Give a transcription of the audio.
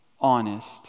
honest